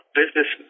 business